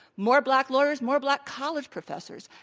more black lawyers, more black college professors.